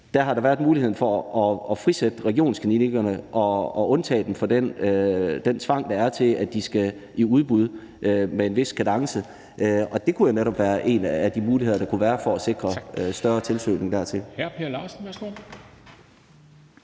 der har været mulighed for at frisætte regionsklinikkerne og undtage dem fra den tvang, der er, i forhold til at de skal i udbud, med en vis kadence, og det kunne netop være en af de muligheder, der kunne være for at sikre større søgning dertil.